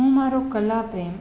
હું મારો કલાપ્રેમ